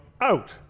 out